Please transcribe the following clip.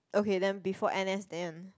okay then before n_s then